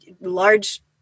large